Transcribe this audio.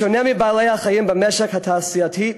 בשונה מבעלי-החיים במשק התעשייתי,